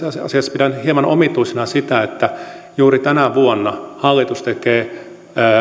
asiassa pidän hieman omituisena sitä että juuri tänä vuonna hallitus tekee